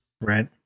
right